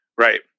right